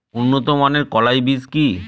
উন্নত মানের কলাই বীজ কি?